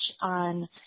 on